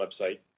website